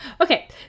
okay